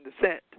descent